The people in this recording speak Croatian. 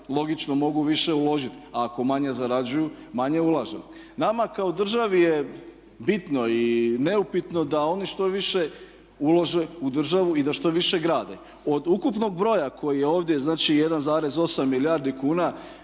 logično mogu više uložiti, a ako manje zarađuju manje ulažu. Nama kao državi je bitno i neupitno da oni što više ulože u državu i da što više grade. Od ukupnog broja koji je ovdje znači 1,8 milijardi kuna